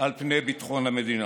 על פני ביטחון המדינה.